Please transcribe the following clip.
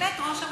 אדוני השר,